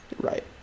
Right